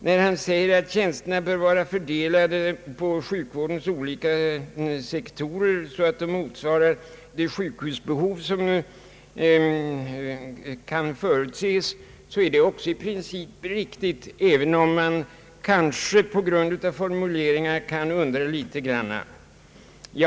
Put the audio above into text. När han säger att tjänsterna bör vara fördelade på sjukvårdens olika sektorer så att detta motsvarar det sjukvårdsbehov som kan förutses är också detta i princip riktigt, även om man kanske vill ställa sig litet frågande på grund av formuleringarna.